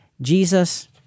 Jesus